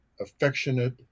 affectionate